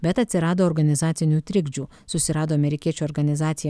bet atsirado organizacinių trikdžių susirado amerikiečių organizaciją